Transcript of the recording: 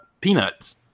peanuts